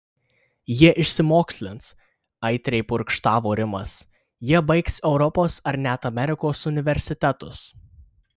jie išsimokslins aitriai purkštavo rimas jie baigs europos ar net amerikos universitetus